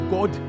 God